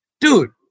Dude